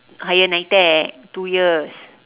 higher NITEC two years